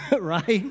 right